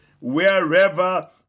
wherever